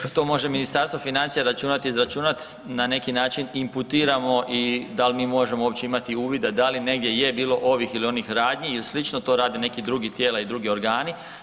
Pa teško to može Ministarstvo financija računati i izračunati, na neki način imputiramo i da li mi možemo uopće imati uvida da li negdje je bilo ovih ili onih radnji i sl., to radi neki drugi tijela i drugi organi.